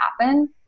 happen